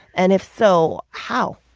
and if so, how?